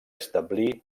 establí